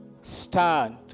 stand